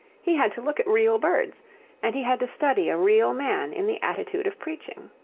he had to look at real birds and he had to study a real man in the attitude of preaching.